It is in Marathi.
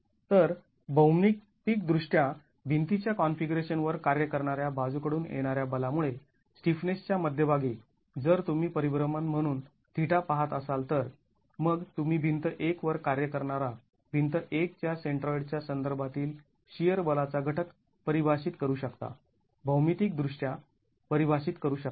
तर भौमितीकदृष्ट्या भिंतीच्या कॉन्फिगरेशन वर कार्य करणाऱ्या बाजूकडून येणाऱ्या बलामुळे स्टिफनेसच्या मध्यभागी जर तुम्ही परिभ्रमण म्हणुन θ पहात असाल तर मग तुम्ही भिंत १ वर कार्य करणारा भिंत १ च्या सेंट्रॉईडच्या संदर्भातील शिअर बलाचा घटक परिभाषित करू शकता भौमितिकदृष्ट्या परिभाषित करू शकता